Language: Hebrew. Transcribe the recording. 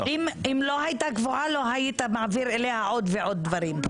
אם היא לא הייתה קבועה לא היית מעביר אליה עוד ועוד דברים.